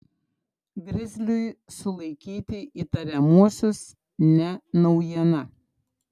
grizliui sulaikyti įtariamuosius ne naujiena